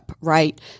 right